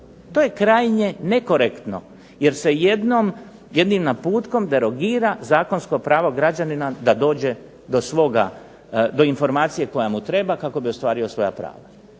To je krajnje nekorektno, jer se jednim naputkom derogira zakonsko pravo građanina da dođe do svoga, do informacije koja mu treba kako bi ostvario svoja prava.